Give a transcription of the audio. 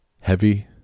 heavy